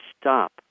stop